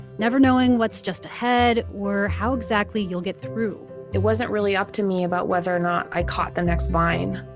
never knowing what's just ahead or how exactly you'll get through it wasn't really up to me about whether or not i caught the next vine.